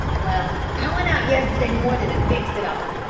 well, i went out yesterday morning and fixed it all.